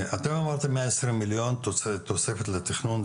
אתם אמרתם מאה עשרים מיליון תוספת לתכנון,